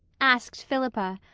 asked philippa,